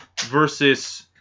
versus